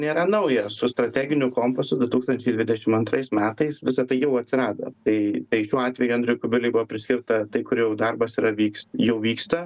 nėra nauja su strateginiu kompasu du tūkstančiai dvidešim antrais metais visa tai jau atsirado tai tai šiuo atveju andriui kubiliui buvo priskirta tai kur jau darbas yra vyks jau vyksta